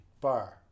bar